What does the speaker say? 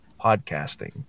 podcasting